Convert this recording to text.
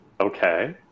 Okay